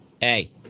Hey